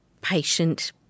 patient